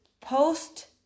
post